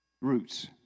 Roots